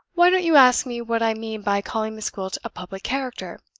why don't you ask me what i mean by calling miss gwilt a public character?